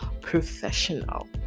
professional